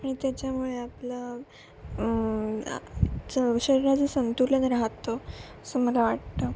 आणि त्याच्यामुळे आपलं च शरीराचं संतुलन राहतं असं मला वाटतं